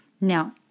Now